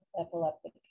epileptic